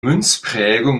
münzprägung